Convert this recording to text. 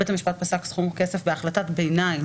בית המשפט פסק סכום כסף בהחלטת ביניים.